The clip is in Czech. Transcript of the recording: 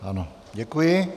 Ano, děkuji.